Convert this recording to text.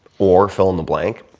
or fill in the bank,